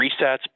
resets